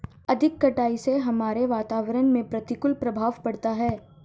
अधिक कटाई से हमारे वातावरण में प्रतिकूल प्रभाव पड़ता है